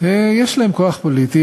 יש להם כוח פוליטי,